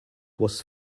was